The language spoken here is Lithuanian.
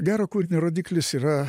gero kūrinio rodiklis yra